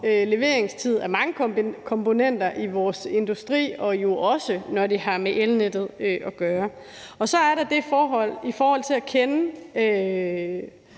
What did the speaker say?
leveringstiden på mange komponenter i vores industri og jo også, når det har med elnettet at gøre. Så er der også det forhold, der handler om at kende